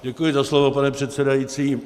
Děkuji za slovo, pane předsedající.